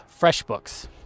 Freshbooks